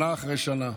שנה אחרי שנה.